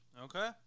Okay